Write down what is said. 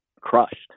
crushed